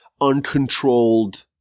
uncontrolled